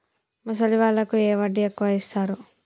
ముసలి వాళ్ళకు ఏ వడ్డీ ఎక్కువ ఇస్తారు?